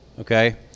okay